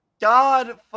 God